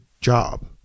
job